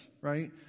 right